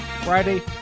Friday